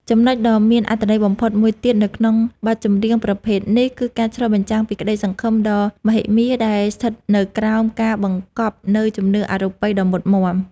ចំណុចដ៏មានអត្ថន័យបំផុតមួយទៀតនៅក្នុងបទចម្រៀងប្រភេទនេះ គឺការឆ្លុះបញ្ចាំងពីក្តីសង្ឃឹមដ៏មហិមាដែលស្ថិតនៅក្រោមការបង្កប់នូវជំនឿអរូបីដ៏មុតមាំ។